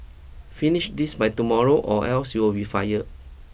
finish this by tomorrow or else you'll be fired